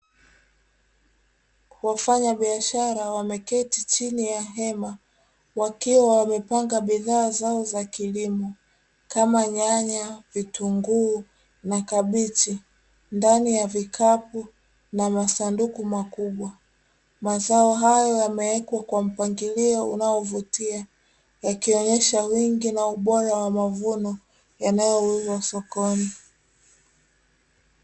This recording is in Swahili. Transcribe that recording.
Wafanyabiashara wameketi chini ya hema, wakiwa wamepanga bidhaa zao za kilimo, kama; nyanya, vitunguu na kabichi ndani ya vikapu na masunduku makubwa, mazao hayo yamewekwa kwa mpangilio unaovutia, yakionyesha wingi na ubora wa mavuno yanayouzwa sokoni.